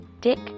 Dick